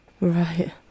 Right